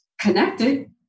connected